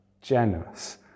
generous